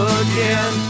again